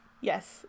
yes